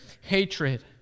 Hatred